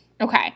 Okay